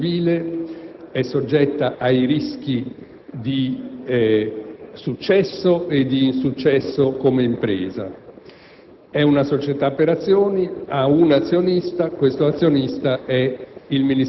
La prima cosa che vorrei dire è che la RAI è un'impresa, particolarissima, ma è un'impresa; è una società per azioni, è soggetta alle regole del codice civile